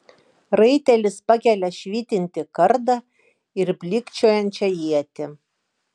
raitelis pakelia švytintį kardą ir blykčiojančią ietį